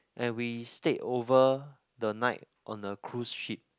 and we stayed over the night on the cruise ship